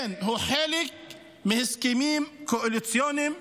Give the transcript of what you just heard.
כן, הוא חלק מהסכמים קואליציוניים עם